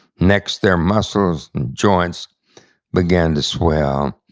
next their muscles and joints began to swell,